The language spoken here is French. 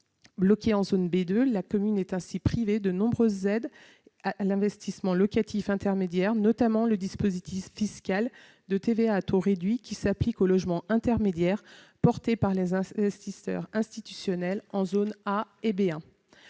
Bloquée en zone B2, la commune est ainsi privée de nombreuses aides à l'investissement locatif intermédiaire, notamment du dispositif fiscal de TVA à taux réduit qui s'applique aux logements intermédiaires portés par les investisseurs institutionnels en zone A et B1.